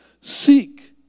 seek